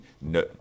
no